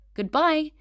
Goodbye